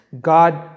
God